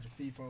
FIFA